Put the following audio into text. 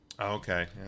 okay